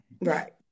right